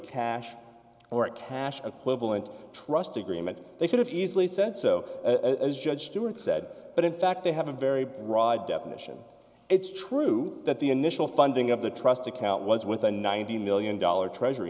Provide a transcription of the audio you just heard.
cash or a cash equivalent trust agreement they could have easily said so as judge stewart said but in fact they have a very broad definition it's true that the initial funding of the trust account was with a ninety million dollar treasury